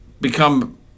become